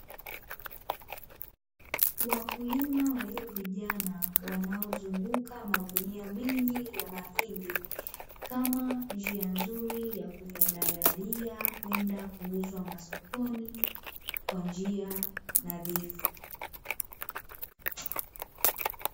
Wakulima walio vijana, wanaozunguka magunia mengi ya mahindi kama njia nzuri ya kuyadalalia kwenda kuuzwa sokoni, kwa njia nadhifu.